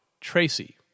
Tracy